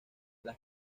las